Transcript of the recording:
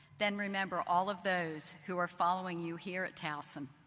then remember all of those who are following you here at towson.